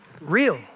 real